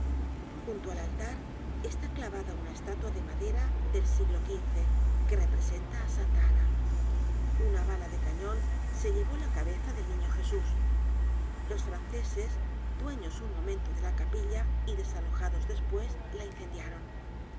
junto al altar está clávada una estatua de madera del siglo xv que representa á santa ana una bala de canon se llevó la cabeza del niño jesus los franceses dueños un momento de la capilla y desalojados despues la incendiaron